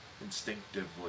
instinctively